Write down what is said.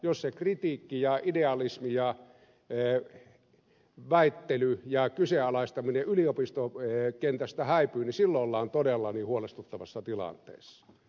jos se kritiikki ja idealismi ja väittely kyseenalaistaminen yliopistokentästä häipyy niin silloin ollaan todella huolestuttavassa tilanteessa